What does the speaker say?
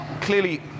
Clearly